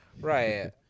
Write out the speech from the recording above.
right